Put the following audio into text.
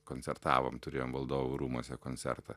koncertavom turėjom valdovų rūmuose koncertą